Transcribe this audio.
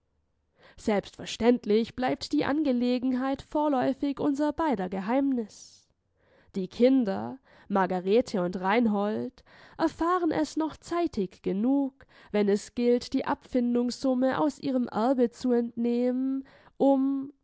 selbstverständlich bleibt die angelegenheit vorläufig unser beider geheimnis die kinder margarete und reinhold erfahren es noch zeitig genug wenn es gilt die abfindungssumme aus ihrem erbe zu entnehmen um